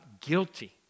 guilty